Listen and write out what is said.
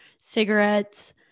cigarettes